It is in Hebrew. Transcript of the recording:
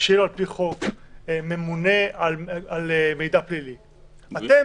שיהיה לו על פי חוק ממונה על מידע פלילי --- לא.